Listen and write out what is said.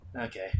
Okay